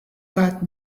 got